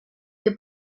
que